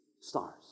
stars